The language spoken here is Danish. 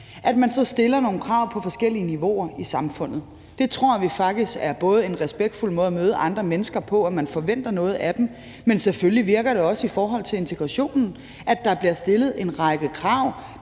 At man så stiller nogle krav på forskellige niveauer i samfundet, tror vi faktisk er en respektfuld måde at møde andre mennesker på, altså at man forventer noget af dem. Men selvfølgelig virker det også i forhold til integrationen, at der bliver stillet en række krav.